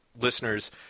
Listeners